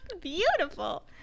Beautiful